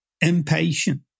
impatient